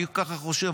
ככה אני חושב.